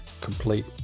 complete